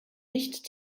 nicht